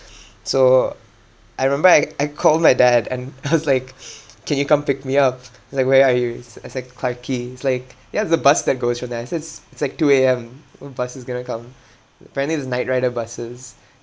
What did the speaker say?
so I remember I I called my dad and I was like can you come pick me up he's like where are you s~ I said clarke quay he's like you have the bus that goes from there I said s~ it's like two A_M no buses going to come apparently there's nightrider buses